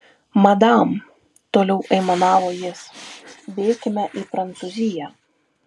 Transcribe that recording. madam toliau aimanavo jis bėkime į prancūziją